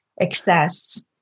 excess